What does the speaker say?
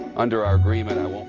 under our agreement at